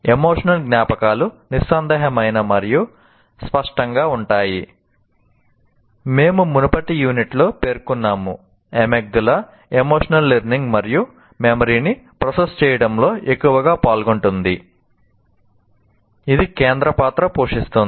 emotional memory ని process చేయడంలో ఎక్కువగా పాల్గొంటుంది ఇది కేంద్ర పాత్ర పోషిస్తుంది